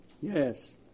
Yes